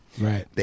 Right